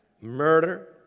murder